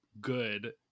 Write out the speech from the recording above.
good